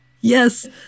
Yes